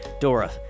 Dora